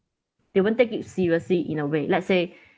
they won't take it seriously in a way let's say